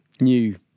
new